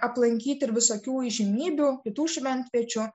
aplankyti ir visokių įžymybių kitų šventviečių